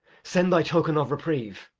send thy token of reprieve.